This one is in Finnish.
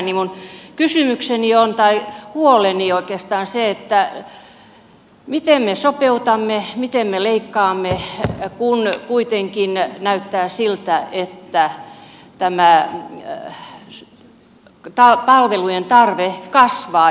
minun kysymykseni on tai huoleni oikeastaan se miten me sopeutamme miten me leikkaamme kun kuitenkin näyttää siltä että tämä palvelujen tarve kasvaa